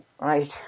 right